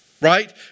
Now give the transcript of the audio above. right